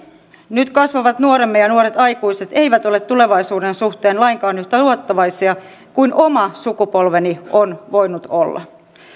nyt kasvavat nuoremme ja nuoret aikuiset eivät ole tulevaisuuden suhteen lainkaan yhtä luottavaisia kuin oma sukupolveni on voinut olla